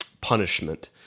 punishment